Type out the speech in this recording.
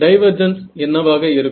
divergence என்னவாக இருக்கும்